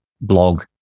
blog